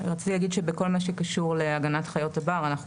רציתי להגיד שבכל מה שקשור להגנת חיות הבר אנחנו